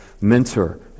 mentor